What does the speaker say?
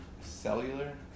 Cellular